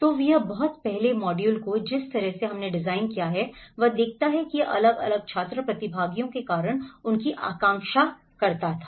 तो यह बहुत पहले मॉड्यूल को जिस तरह से हमने डिज़ाइन किया है वह देता है क्या यह अलग अलग छात्र प्रतिभागियों के कारण उनकी आकांक्षा करना था